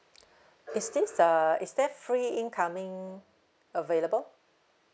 is this uh is there free incoming available